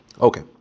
Okay